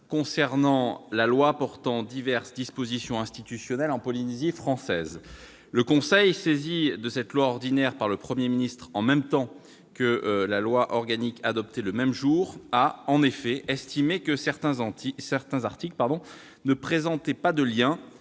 concernant la loi portant diverses dispositions institutionnelles en Polynésie française. Le Conseil constitutionnel, saisi de cette loi ordinaire par le Premier ministre en même temps que de la loi organique adoptée le même jour, a en effet estimé que certains articles ne présentaient pas de lien,